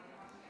טוב,